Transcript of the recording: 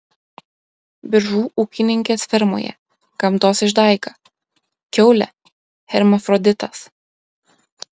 biržų ūkininkės fermoje gamtos išdaiga kiaulė hermafroditas